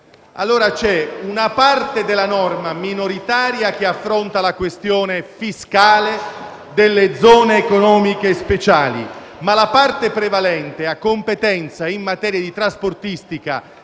C'è una parte minoritaria della norma che affronta la questione fiscale delle zone economiche speciali, ma la parte prevalente interviene in materia di trasportistica